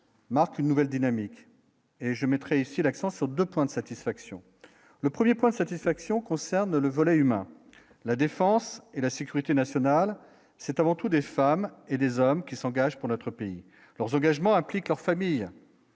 marque une nouvelle dynamique et je mettrai aussi l'accent sur 2 points de satisfaction, le 1er point de satisfaction concerne le volet humain, la défense et la sécurité nationale, c'est avant tout des femmes et des hommes qui s'engage pour notre pays, leurs engagements appliquent leurs familles